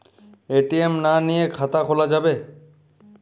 ATM না নিয়ে খাতা খোলা যাবে?